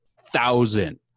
thousand